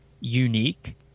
unique